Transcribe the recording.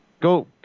go